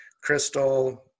Crystal